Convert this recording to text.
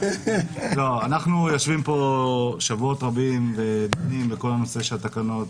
אנחנו יושבים פה שבועות רבים ודנים בכל הנושא של התקנות.